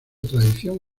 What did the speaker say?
tradición